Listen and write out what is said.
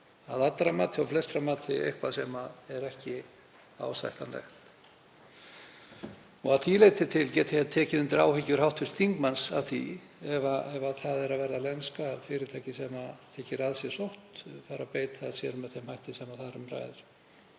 að allra mati og flestra mati ekki ásættanlegt. Að því leyti til get ég tekið undir áhyggjur hv. þingmanns af því að ef það er að verða lenska að fyrirtæki sem þykir að sér sótt fari að beita sér með þeim hætti sem þar um ræðir.